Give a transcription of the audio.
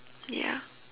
ya